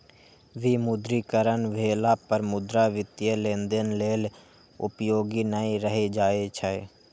विमुद्रीकरण भेला पर मुद्रा वित्तीय लेनदेन लेल उपयोगी नै रहि जाइ छै